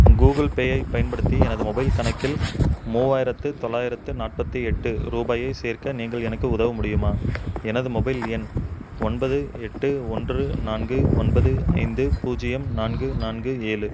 Google பேயைப் பயன்படுத்தி எனது மொபைல் கணக்கில் மூவாயிரத்து தொள்ளாயிரத்து நாற்பத்தி எட்டு ரூபாயை சேர்க்க நீங்கள் எனக்கு உதவ முடியுமா எனது மொபைல் எண் ஒன்பது எட்டு ஒன்று நான்கு ஒன்பது ஐந்து பூஜ்ஜியம் நான்கு நான்கு ஏழு